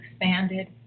expanded